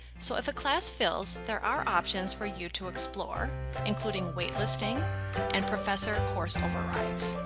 so if a class fills, there are options for you to explore including waitlisting and professor course overrides.